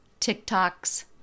TikToks